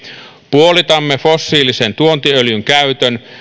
puolitamme fossiilisen tuontiöljyn käytön